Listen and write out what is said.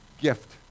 gift